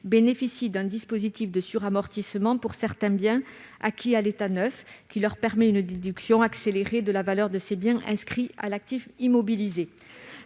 bénéficient d'un dispositif de suramortissement pour certains biens acquis à l'état neuf, mécanisme qui leur permet une déduction accélérée de la valeur de ces biens inscrits à l'actif immobilisé.